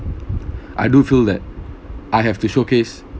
I do feel that I have to showcase